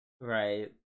Right